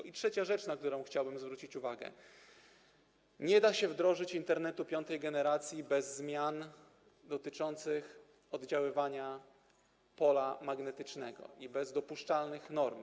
I trzecia rzecz, na którą chciałbym zwrócić uwagę - nie da się wdrożyć Internetu piątej generacji bez zmian dotyczących oddziaływania pola magnetycznego i bez określenia dopuszczalnych norm.